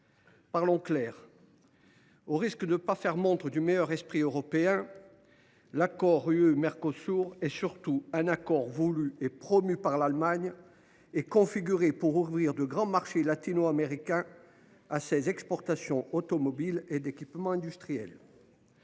Parlons clair, au risque de ne pas faire montre du meilleur esprit européen : l’accord UE Mercosur est surtout un accord voulu et promu par l’Allemagne et configuré pour ouvrir de grands marchés latino américains à ses exportations automobiles et d’équipement industriel